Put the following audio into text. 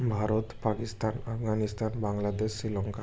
Bharat Pakistan Afghanistan Bangladesh Sri Lanka